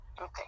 okay